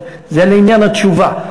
זה לעניין התשובה,